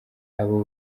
abo